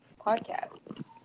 podcast